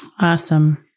awesome